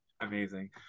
Amazing